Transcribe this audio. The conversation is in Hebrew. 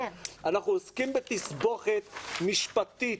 אנחנו עוסקים בתסבוכת משפטית,